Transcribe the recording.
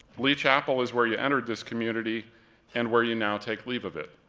lee chapel is where you entered this community and where you now take leave of it.